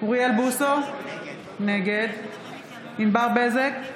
אוריאל בוסו, נגד ענבר בזק,